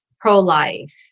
pro-life